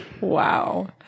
Wow